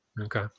Okay